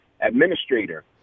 administrator